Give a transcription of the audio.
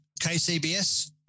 KCBS